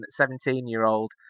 17-year-old